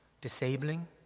disabling